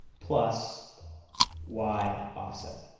plus y offset.